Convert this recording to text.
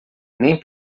nem